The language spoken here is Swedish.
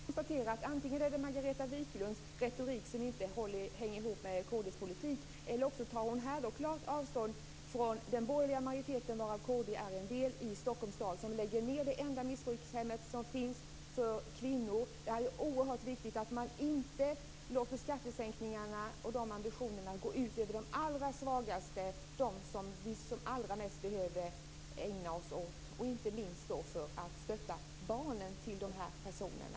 Herr talman! Jag kan konstatera att antingen är det Margareta Viklunds retorik som inte hänger ihop med kd:s politik eller också tar hon här klart avstånd från den borgerliga majoriteten i Stockholms stad, varav kd är en del, som lägger ned det enda missbrukshemmet för kvinnor som finns. Det är oerhört viktigt att man inte låter skattesänkningar och ambitioner gå ut över de allra svagaste, dem som vi allra mest behöver ägna oss åt. Inte minst behöver vi stötta barnen till de här personerna.